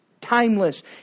timeless